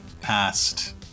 past